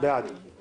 מי